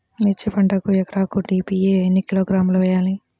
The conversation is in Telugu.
మిర్చి పంటకు ఎకరాకు డీ.ఏ.పీ ఎన్ని కిలోగ్రాములు వేయాలి?